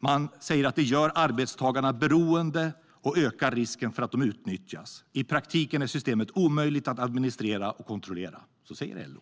De säger att det gör arbetstagarna beroende och ökar risken för att de utnyttjas. I praktiken är systemet omöjligt att administrera och kontrollera. Det säger LO.